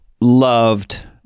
loved